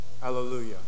Hallelujah